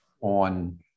on